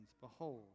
Behold